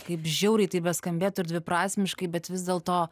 kaip žiauriai tai beskambėtų ir dviprasmiškai bet vis dėlto